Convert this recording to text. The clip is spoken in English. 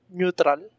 neutral